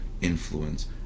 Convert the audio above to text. influence